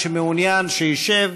מי שמעוניין, שישב.